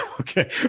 Okay